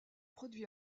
produit